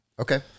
Okay